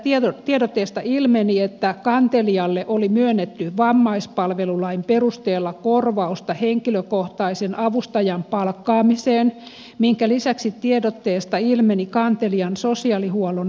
tästä tiedotteesta ilmeni että kantelijalle oli myönnetty vammaispalvelulain perusteella korvausta henkilökohtaisen avustajan palkkaamiseen minkä lisäksi tiedotteesta ilmeni kantelijan sosiaalihuollon asiakkuus